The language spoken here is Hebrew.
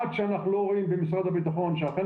עד שאנחנו לא רואים במשרד הביטחון שאכן